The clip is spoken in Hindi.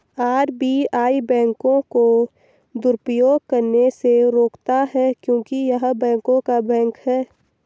आर.बी.आई बैंकों को दुरुपयोग करने से रोकता हैं क्योंकि य़ह बैंकों का बैंक हैं